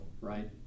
right